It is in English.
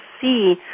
see